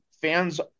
fans